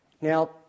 Now